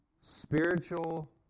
spiritual